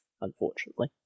unfortunately